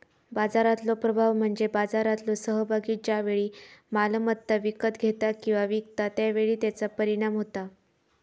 बाजारातलो प्रभाव म्हणजे बाजारातलो सहभागी ज्या वेळी मालमत्ता विकत घेता किंवा विकता त्या वेळी त्याचा परिणाम होता